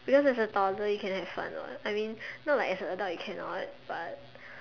because as a toddler you can have fun what I mean not like as an adult you can not but